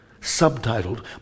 subtitled